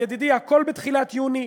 ידידי, הכול בתחילת יוני,